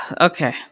Okay